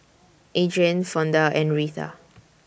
Adrian Fonda and Retha